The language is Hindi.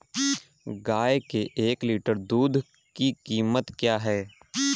गाय के एक लीटर दूध की कीमत क्या है?